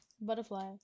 Butterfly